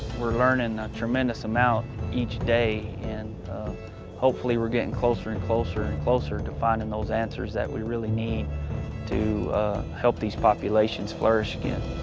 we're learning a tremendous amount each day, and hopefully we're getting closer and closer and closer to finding those answers that we really need to help these populations flourish again.